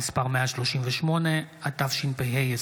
מאת חברי הכנסת משה טור פז, אימאן